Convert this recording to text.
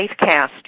SafeCast